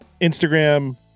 Instagram